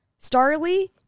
Starly